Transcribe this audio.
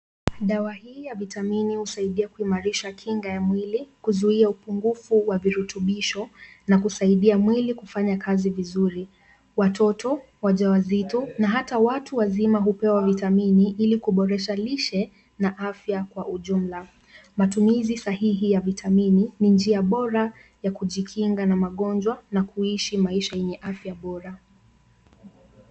Dawa hii ya vitamini husaidia kuimarisha kinga ya mwili, kuzuia upungufu wa virutubisho, na kusaidia mwili kufanya kazi vizuri. Watoto wajawazito na hata watu wazima hupewa vitamini ili kuboresha lishe na afya kwa ujumla. Matumizi sahihi ya vitamini ni njia bora ya kujikinga na magonjwa na kuishi maisha yenye afya bora.